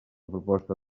proposta